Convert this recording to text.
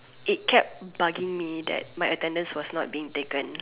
it kept bugging me that my attendance was not being taken